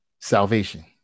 salvation